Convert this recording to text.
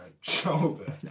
shoulder